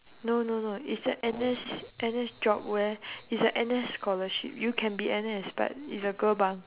no no no it's a N_S N_S job where it's a N_S scholarship you can be N_S but it's a girl bunk